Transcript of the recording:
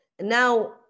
now